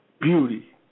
beauty